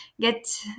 get